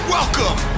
Welcome